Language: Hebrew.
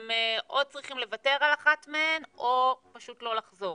הם או צריכים לוותר על אחת מהן או פשוט לא לחזור.